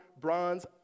bronze